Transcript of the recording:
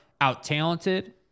out-talented